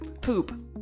poop